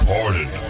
Pardon